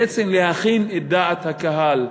בעצם להכין את דעת הקהל,